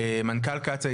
מנכ"ל קצא"א,